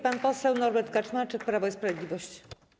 Pan poseł Norbert Kaczmarczyk, Prawo i Sprawiedliwość.